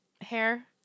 hair